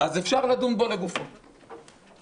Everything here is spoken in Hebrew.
אפשר לדון בו לגופו ולהחליט.